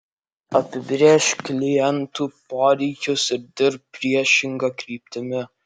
apibrėžk klientų poreikius ir dirbk priešinga kryptimi